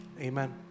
Amen